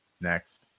next